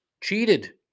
cheated